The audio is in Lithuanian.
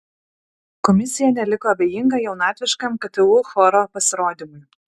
komisija neliko abejinga jaunatviškam ktu choro pasirodymui